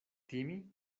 timi